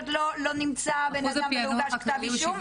לא נמצא בן אדם ולא הוגש כתב אישום,